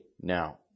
now